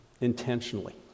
Intentionally